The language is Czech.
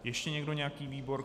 Ještě někdo nějaký výbor?